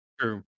True